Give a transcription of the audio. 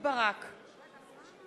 נדמה לי שאנחנו היום נכנסים,